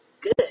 good